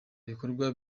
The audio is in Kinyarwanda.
ibikorwa